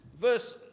verse